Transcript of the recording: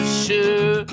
sure